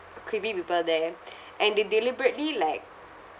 creepy people there and they deliberately like